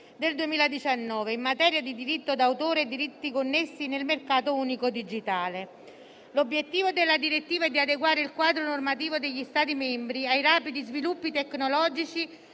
del 2019, in materia di diritto d'autore e diritti connessi nel mercato unico digitale. L'obiettivo della direttiva è di adeguare il quadro normativo degli Stati membri ai rapidi sviluppi tecnologici